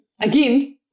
Again